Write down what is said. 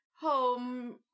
home